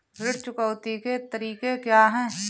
ऋण चुकौती के तरीके क्या हैं?